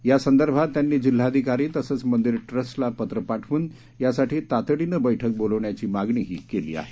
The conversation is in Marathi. यासंदर्भात त्यांनी जिल्हाधिकारी तसंच मंदिर ट्रस्टला पत्र पाठवून यासाठी तातडीनं बैठक बोलावण्याची मागणीही केली आहे